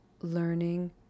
learning